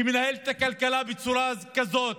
שמנהלת את הכלכלה בצורה כזאת